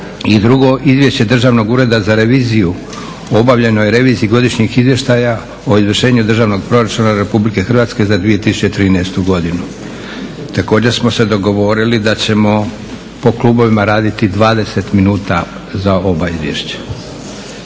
- Izvješće Državnog ureda za reviziju o obavljenoj reviziji godišnjih izvještaja o izvršenju državnog proračuna RH za 2013.godinu. Također smo se dogovorili da ćemo po klubovima raditi 20 minuta za oba izvješća.